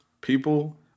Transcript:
People